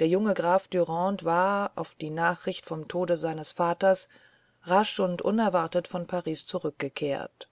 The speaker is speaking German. der junge graf dürande war auf die nachricht vom tode seines vaters rasch und unerwartet von paris zurückgekehrt